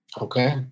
Okay